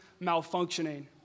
malfunctioning